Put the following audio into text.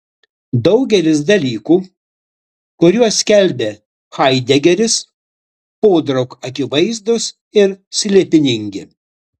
daugelis dalykų kuriuos skelbia haidegeris podraug akivaizdūs ir slėpiningi